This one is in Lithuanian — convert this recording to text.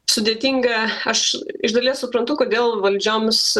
sudėtinga aš iš dalies suprantu kodėl valdžioms